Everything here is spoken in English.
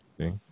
Okay